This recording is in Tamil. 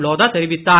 லோதா தெரிவித்தார்